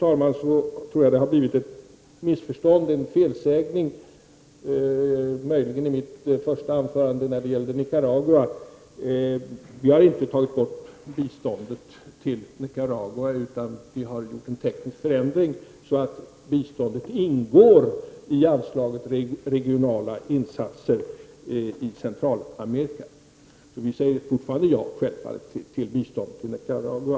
Jag tror att det har uppstått ett missförstånd, möjligen en felsägning i mitt första anförande, beträffande Nicaragua. Vi har inte tagit bort biståndet till Nicaragua, utan vi har gjort en teknisk förändring så att biståndet ingår i anslaget Regionala insatser i Centralamerika. Vi säger självfallet fortfarande ja till bistånd till Nicaragua.